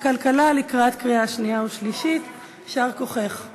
(איסור הפליה בשל לבישת מדי כוחות